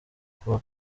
kuba